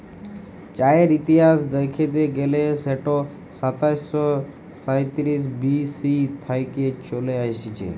চাঁয়ের ইতিহাস দ্যাইখতে গ্যালে সেট সাতাশ শ সাঁইতিরিশ বি.সি থ্যাইকে চলে আইসছে